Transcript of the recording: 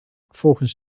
volgens